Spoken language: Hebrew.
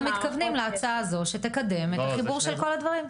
מתכוונים להצעה הזו שתקדם את החיבור של כל הדברים.